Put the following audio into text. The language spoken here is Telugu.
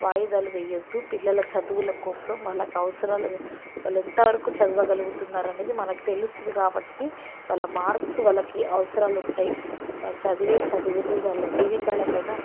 వాయిదాలు వెయ్యద్దు పిల్లల చదువుల కోసం వాళ్ళకి అవసరాలు వాళ్ళు ఎంతవరకు చదువగలుగుతున్నారనేది మనకు తెలుస్తుంది కాబట్టి వాళ్ళ మార్క్స్ వాళ్ళకి అవసరాలు ఉంటాయి వాళ్ళు చదివే చదువులు వాళ్ళ జీవితాల పైన